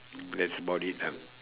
that's about it ah